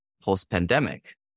post-pandemic